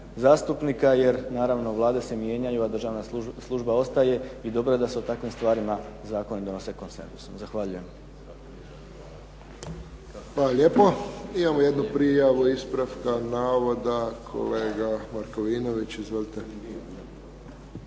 zastupnika, naravno jer vlade se mijenjaju a državna služba ostaje i dobro je da se o takvim stvarima zakoni donose konsenzusom. Zahvaljujem. **Friščić, Josip (HSS)** Hvala lijepo. Imamo jednu ispravku navoda kolega Markovinović. Izvolite.